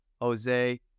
jose